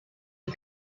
you